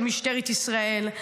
של משטרת ישראל.